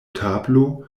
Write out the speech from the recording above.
tablo